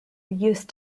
use